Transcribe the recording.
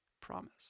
promise